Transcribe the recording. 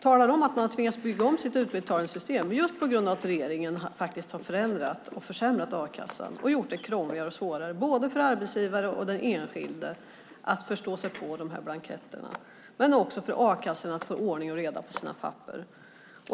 talar om att de tvingats till för att bygga om sitt utbetalningssystem, just på grund av att regeringen har förändrat och försämrat a-kassan och gjort det krångligare och svårare både för arbetsgivare och den enskilde att förstå sig på blanketterna och för a-kassorna att få ordning och reda på sina papper.